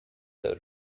are